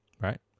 right